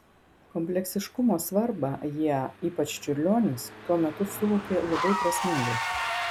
kompleksiškumo svarbą jie ypač čiurlionis tuo metu suvokė labai prasmingai